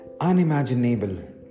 unimaginable